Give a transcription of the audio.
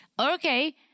Okay